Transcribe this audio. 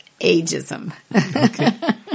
Ageism